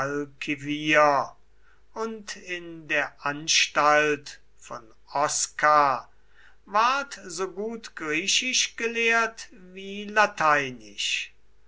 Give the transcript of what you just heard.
und in der anstalt von osca ward so gut griechisch gelehrt wie lateinisch